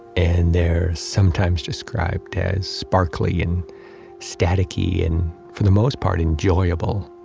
and they're sometimes described as sparkly, and staticky, and for the most part enjoyable.